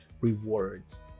rewards